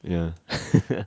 ya